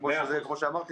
וגם נראה